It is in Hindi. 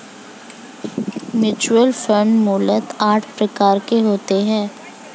म्यूच्यूअल फण्ड मूलतः आठ प्रकार के होते हैं